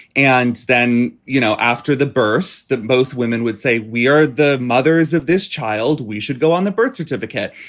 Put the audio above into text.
and then, you know, after the birth that both women would say, we are the mothers of this child, we should go on the birth certificate.